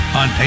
on